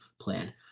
plan